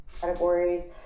categories